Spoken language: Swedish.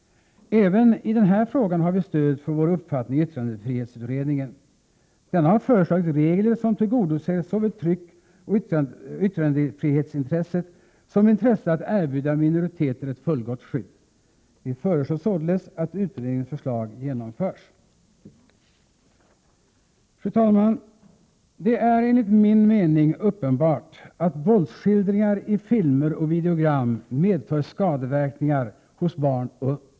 Även i den här frågan har vi stöd för vår uppfattning i yttrandefrihetsutredningen. Denna har föreslagit regler som tillgodoser såväl tryckoch yttrandefrihetsintresset som intresset att erbjuda minoriteter ett fullgott skydd. Vi föreslår således att utredningens förslag genomförs. Fru talman! Det är enligt min mening uppenbart att våldsskildringar i filmer och videogram medför skador på barn och ungdom.